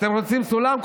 אתם רוצים סולם?